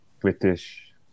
British